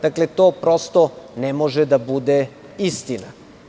Dakle, to prosto ne može da bude istina.